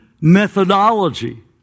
methodology